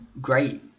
great